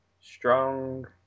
Strong